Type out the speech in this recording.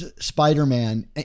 Spider-Man